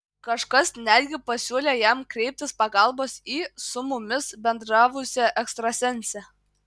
kažkas netgi pasiūlė jam kreiptis pagalbos į su mumis bendravusią ekstrasensę